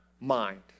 mind